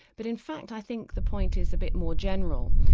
but in fact i think the point is a bit more general.